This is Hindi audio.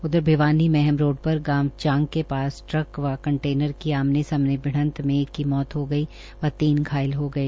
उधर भिवानी महम रोड़ पर गांव चांग के पास ट्रक व कंटेनर की आमने सामने भिडंत में एक की मौत हो गई व तीन घायल हो गए